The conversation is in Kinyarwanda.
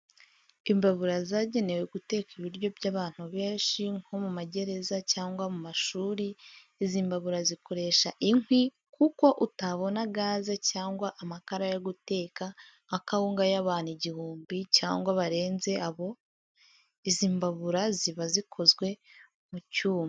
Imbabura zagenewe guteka ibiryo by'abantu benshi nko mu magereza cyangwa mu mashuri, izi mbabura zikoresha inkwi kuko utabona gaze cyangwa amakara yo guteka nka kawunga y'abantu igihumbi cyangwa barenze abo. Izi mbabura ziba zikozwe mu cyuma.